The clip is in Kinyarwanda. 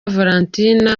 valentine